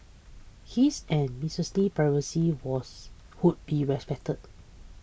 his and Mrs Lee's privacy was would be respected